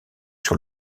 sur